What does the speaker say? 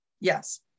Yes